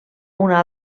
una